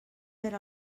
perd